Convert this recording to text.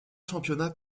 championnats